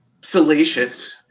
salacious